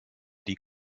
die